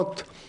(נגיף הקורונה החדש אכיפה) (תיקון),